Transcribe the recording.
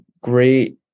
great